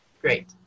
Great